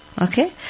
Okay